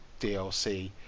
DLC